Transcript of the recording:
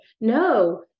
No